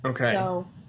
okay